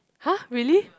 !huh! really